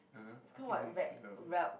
(uh huh) I think you need to speak louder